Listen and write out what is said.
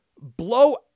blow